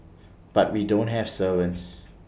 but we don't have servants